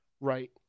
Right